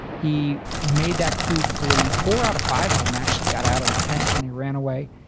he made that crew flee. four out of five of them actually got out of the tank and they ran away.